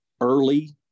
early